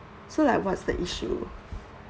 so like what's the issue